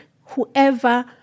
whoever